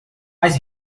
mas